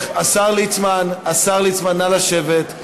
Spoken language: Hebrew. השר ליצמן, נא לשבת.